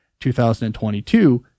2022